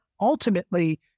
ultimately